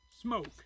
smoke